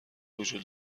وجود